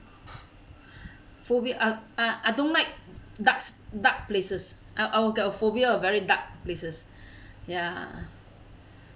phobia uh uh I don't like darks dark places I I will get a phobia of very dark places ya